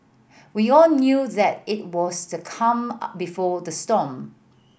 we all knew that it was the calm before the storm